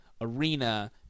Arena